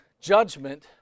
judgment